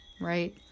right